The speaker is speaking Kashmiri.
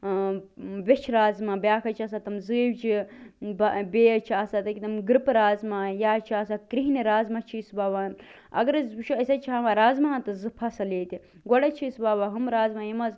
ٲں ویٚچھہِ رازمہ بیٛاکھ حظ چھِ آسان تِم زٲیوجہٕ بَہ ٲں بیٚیہِ حظ چھِ آسان أکہِ تِم گرٛپہٕ رازمہ یا چھِ آسان کرٚیٚہنہِ رازمہ چھِ أسۍ وۄوان اگر حظ وُچھو أسۍ حظ چھِ ہیٚوان رازماہن تہٕ زٕ فصٕل ییٚتہِ گۄڈٕ حظ چھِ أسۍ وۄوان ہُم رازمہ یِم حظ